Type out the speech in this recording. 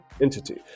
entity